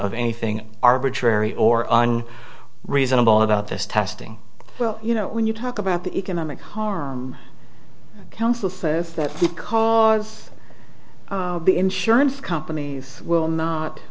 of anything arbitrary or on reasonable about this testing well you know when you talk about the economic harm counsel that because the insurance companies will not